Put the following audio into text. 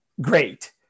Great